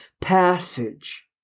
passage